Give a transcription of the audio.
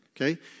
Okay